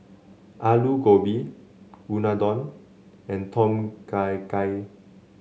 Alu Gobi Unadon and Tom Kha Gai